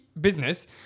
business